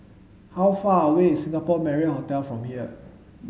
how far away is Singapore Marriott Hotel from here